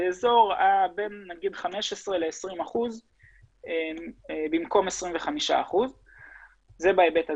באזור בין 15% ל-20% במקום 25%. זה בהיבט הזה.